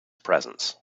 presence